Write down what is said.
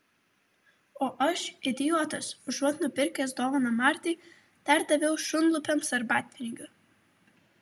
o aš idiotas užuot nupirkęs dovaną martai dar daviau šunlupiams arbatpinigių